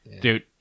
Dude